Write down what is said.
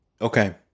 Okay